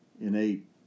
innate